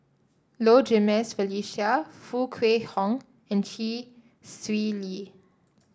Low Jimenez Felicia Foo Kwee Horng and Chee Swee Lee